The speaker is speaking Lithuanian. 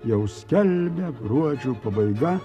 jau skelbia gruodžio pabaiga